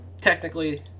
technically